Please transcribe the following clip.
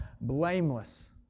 blameless